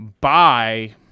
buy